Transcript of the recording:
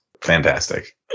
Fantastic